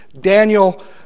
Daniel